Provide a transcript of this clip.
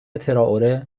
ترائوره